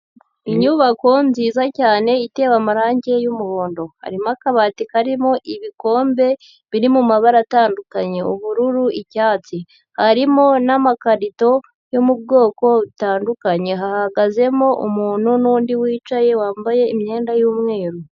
Inyubako nziza cyane itewe amarangi y'umuhondo, harimo akabati karimo ibikombe biri mu mabara atandukanye ubururu, icyatsi, harimo n'amakarito yo mu bwoko butandukanye, hahagazemo umuntu n'undi wicaye wambaye imyenda y'umweru.